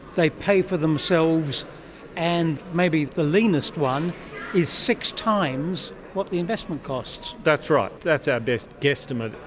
they pay for themselves and maybe the leanest one is six times what the investment costs. that's right, that's our best guesstimate.